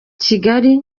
kigali